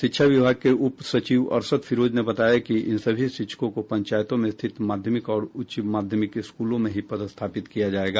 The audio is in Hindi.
शिक्षा विभाग के उप सचिव अरशद फिरोज ने बताया कि इन सभी शिक्षकों को पंचायतों में स्थित माध्यमिक और उच्च माध्यमिक स्कूलों में ही पदास्थापित किया जायेगा